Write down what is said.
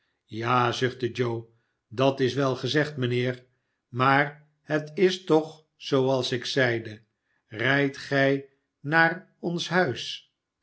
ja zuchtte joe dat is wel gezegd mijnheer maar het is toch zooals ik zeide rijdt gij naar ons huis